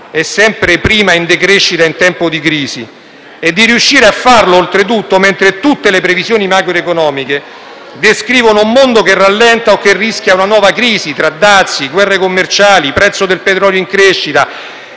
e sempre prima in decrescita in tempo di crisi, e di riuscire a farlo, oltretutto, mentre tutte le previsioni macroeconomiche descrivono un mondo che rallenta o che rischia una nuova crisi, tra dazi, guerre commerciali, prezzo del petrolio in crescita,